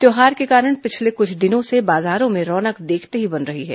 त्यौहार के कारण पिछले कुछ दिनों से बाजारों में रौनक देखते ही बन रही है